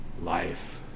life